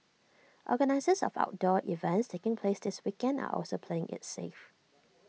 organisers of outdoor events taking place this weekend are also playing IT safe